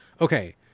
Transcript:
okay